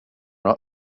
har